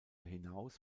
hinaus